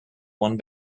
one